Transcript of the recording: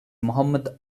mohammed